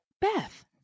Beth